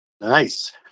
Nice